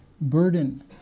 burden